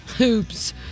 Oops